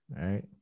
right